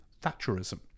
Thatcherism